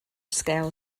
scale